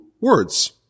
words